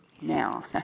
now